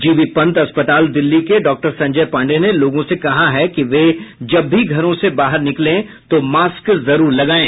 GB Pant अस्पताल दिल्ली के डॉ संजय पांडेय ने लोगों से कहा है कि वे जब भीघरों से बाहर निकले तो मास्क जरूर लगाये